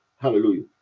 Hallelujah